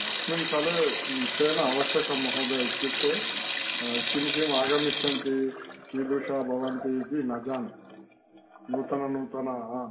अस्मिन् काले निश्चयेन आवश्यकं महोदय इत्युक्ते किं किम् आगमिष्यन्ति कीदृशाः भवन्ति इति न जाने नूतन नूतनाः